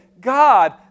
God